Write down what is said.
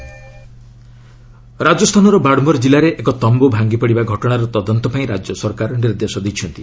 Rajasthan tent ରାଜସ୍ଥାନର ବାଡ଼୍ମର୍ ଜିଲ୍ଲାରେ ଏକ ତମ୍ବୁ ଭାଙ୍ଗିପଡ଼ିବା ଘଟଣାର ତଦନ୍ତ ପାଇଁ ରାଜ୍ୟ ସରକାର ନିର୍ଦ୍ଦେଶ ଦେଇଛନ୍ତି